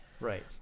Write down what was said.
Right